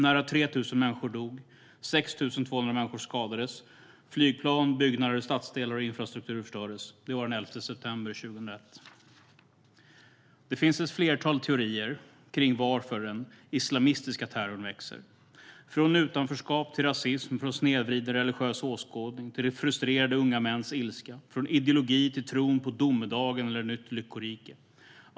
Nära 3 000 människor dog, 6 200 människor skadades och flygplan, byggnader, stadsdelar och infrastruktur förstördes. Det var den 11 september 2001. Det finns ett flertal teorier om varför den islamistiska terrorn växer. Det handlar om allt från utanförskap till rasism, från snedvriden religiös åskådning till frustrerade unga mäns ilska, från ideologi till tron på domedagen eller ett nytt lyckorike.